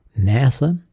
NASA